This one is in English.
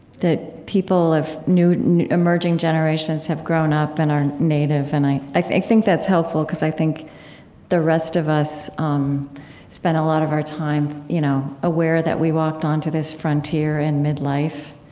that people of new, emerging generations have grown up and are native. and i i think think that's helpful, because i think the rest of us um spend a lot of our time you know aware that we walked onto this frontier in mid-life,